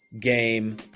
game